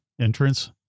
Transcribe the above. entrance